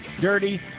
Dirty